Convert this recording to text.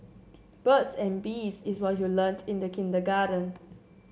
birds and bees is what you learnt in the kindergarten